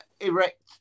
erect